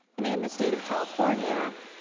i mean, in the state of california,